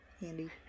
Handy